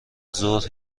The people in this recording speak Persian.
ظهر